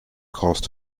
caused